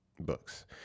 books